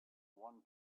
one